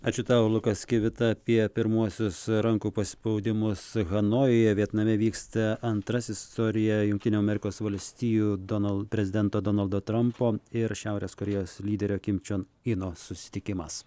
ačiū tau lukas kivita apie pirmuosius rankų paspaudimus hanojuje vietname vyksta antrasis istorijoj jungtinių amerikos valstijų donal prezidento donaldo trampo ir šiaurės korėjos lyderio kim čion ino susitikimas